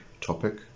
topic